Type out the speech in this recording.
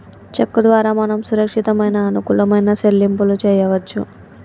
చెక్కు ద్వారా మనం సురక్షితమైన అనుకూలమైన సెల్లింపులు చేయవచ్చు